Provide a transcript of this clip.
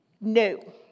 No